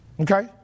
Okay